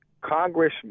Congress